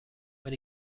but